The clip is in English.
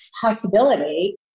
possibility